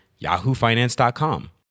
yahoofinance.com